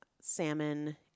salmon